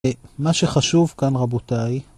מה שחשוב כאן רבותיי